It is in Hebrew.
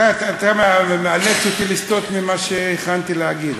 אתה מאלץ אותי לסטות ממה שהכנתי להגיד,